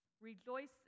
Rejoice